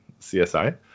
CSI